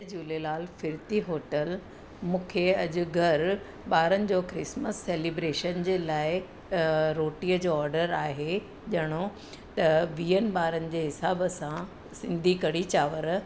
झूलेलाल फिरती होटल मूंखे अॼु घर ॿारनि जो क्रिसमस सेलीब्रेशन जे लाइ रोटीअ जो ऑडर आहे ॾियणो त वीहनि ॿारनि जे हिसाब सां सिंधी कड़ी चांवर